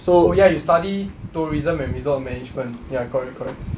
oh ya you study tourism and resort management ya correct correct